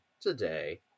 today